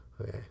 Okay